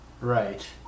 Right